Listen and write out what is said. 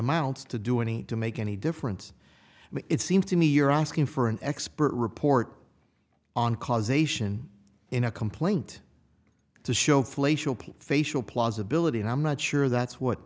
amounts to do any to make any difference but it seems to me you're asking for an expert report on causation in a complaint to show flake facial plausibility and i'm not sure that's what